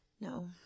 no